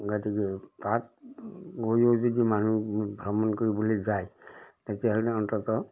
গতিকে তাত গৈও যদি মানুহ ভ্ৰমণ কৰিবলৈ যায় তেতিয়াহ'লে অন্ততঃ